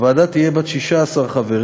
הוועדה תהיה בת 16 חברים,